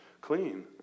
clean